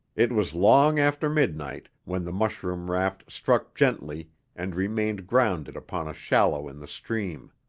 it was long after midnight when the mushroom raft struck gently and remained grounded upon a shallow in the stream.